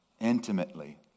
intimately